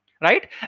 Right